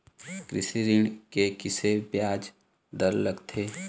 कृषि ऋण के किसे ब्याज दर लगथे?